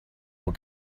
will